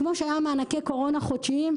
כמו שהיה מענקי קורונה חודשיים,